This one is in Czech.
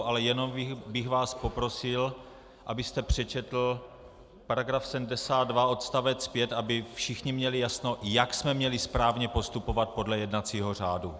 Ale jenom bych vás poprosil, abyste přečetl § 72 odst. 5, aby všichni měli jasno, jak jsme měli správně postupovat podle jednacího řádu.